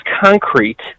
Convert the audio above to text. concrete